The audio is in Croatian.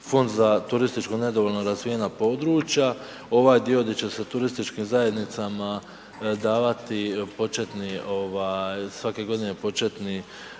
Fond za turistička nedovoljno razvijena područja, ovaj dio gdje će se turističkim zajednicama davati početni svake godine početni